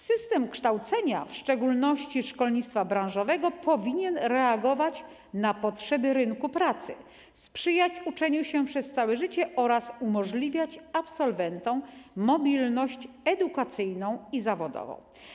System kształcenia, w szczególności szkolnictwa branżowego, powinien reagować na potrzeby rynku pracy, sprzyjać uczeniu się przez całe życie oraz umożliwiać absolwentom mobilność edukacyjną i zawodową.